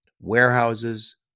warehouses